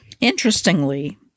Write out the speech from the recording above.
Interestingly